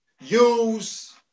Use